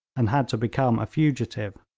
and had to become a fugitive.